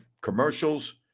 commercials